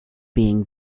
being